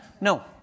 No